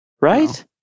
Right